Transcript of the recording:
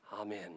Amen